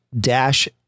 dash